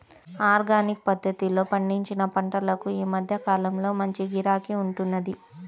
organic పద్ధతిలో పండించిన పంటలకు ఈ మధ్య కాలంలో మంచి గిరాకీ ఉంటున్నది